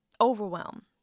overwhelm